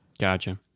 Gotcha